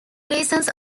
reasons